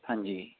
ਹਾਂਜੀ